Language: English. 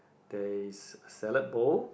there is a salad bowl